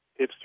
hipster